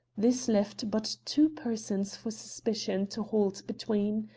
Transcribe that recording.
this left but two persons for suspicion to halt between.